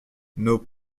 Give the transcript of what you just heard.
nos